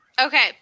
Okay